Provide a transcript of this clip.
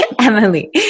Emily